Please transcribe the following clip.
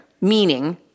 Meaning